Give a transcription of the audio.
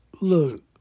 Look